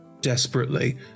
desperately